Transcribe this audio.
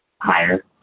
Higher